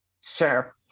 Sure